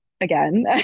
again